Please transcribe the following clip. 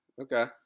okay